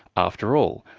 after all,